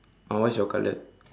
ah what's your color